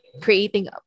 creating